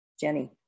Jenny